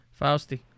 Fausti